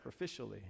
sacrificially